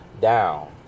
down